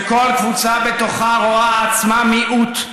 שכל קבוצה בתוכה רואה עצמה מיעוט,